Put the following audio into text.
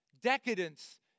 decadence